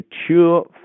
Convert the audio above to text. mature